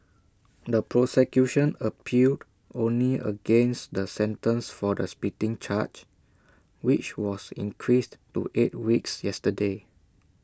the prosecution appealed only against the sentence for the spitting charge which was increased to eight weeks yesterday